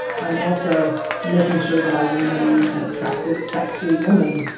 i'm also making sure that i remain an attractive, sexy woman,